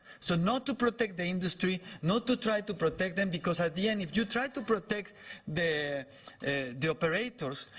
so not to protect the industry, not to try to protect them, because at the end, if you try to protect the the operators,